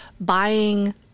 buying